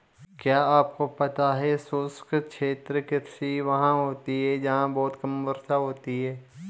क्या आपको पता है शुष्क क्षेत्र कृषि वहाँ होती है जहाँ बहुत कम वर्षा होती है?